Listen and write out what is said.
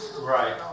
Right